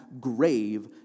grave